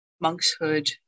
monkshood